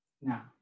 Now